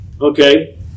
Okay